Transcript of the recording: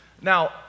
Now